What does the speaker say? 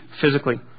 physically